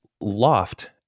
Loft